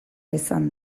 izan